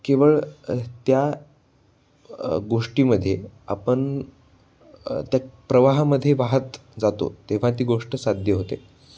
केवळ त्या गोष्टीमध्ये आपण त्या प्रवाहामध्ये वाहत जातो तेव्हा ती गोष्ट साध्य होते